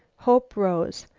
hope rose.